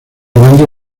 grande